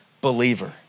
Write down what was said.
believer